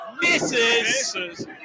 misses